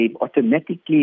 automatically